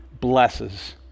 blesses